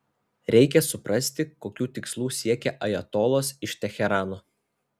reikia suprasti kokių tikslų siekia ajatolos iš teherano